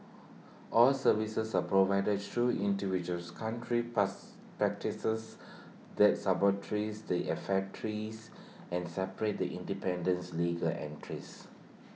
all services are provided through individual's country pass practices their the and separate The Independence legal entrance